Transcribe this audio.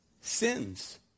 sins